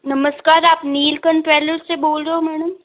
नमस्कार आप नीलकण्ठ ट्रेवलर्स से बोल रहे हो मैडम